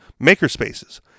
makerspaces